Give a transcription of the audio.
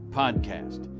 podcast